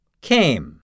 Came